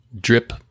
drip